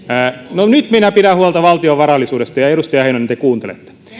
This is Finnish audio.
no nyt minä pidän huolta valtion varallisuudesta ja te edustaja heinonen te kuuntelette